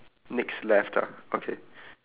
next left ah okay